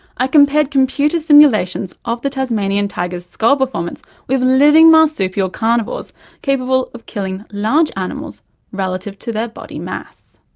i compared computer simulations of the tasmanian tiger's skull performance with living marsupial carnivores capable of killing large animals relative to their body mass.